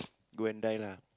go and die lah